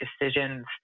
decisions